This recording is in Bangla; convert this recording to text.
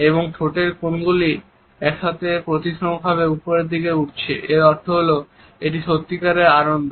এবং ঠোঁটের কোণদুটি একসাথে প্রতিসমভাবে উপরের দিকে উঠছে এর অর্থ হলো এটি সত্যিকারের আনন্দ